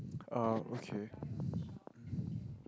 oh okay